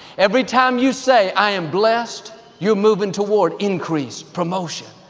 every time you say, i am blessed, you're moving toward increase, promotion.